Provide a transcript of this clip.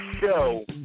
show